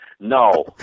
No